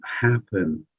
happen